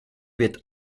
wird